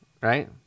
right